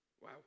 Wow